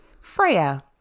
Freya